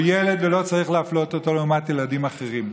ילד ולא צריך להפלות אותו לעומת ילדים אחרים.